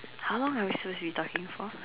how long are we supposed to be talking for